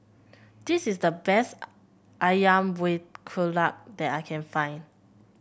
this is the best ayam Buah Keluak that I can find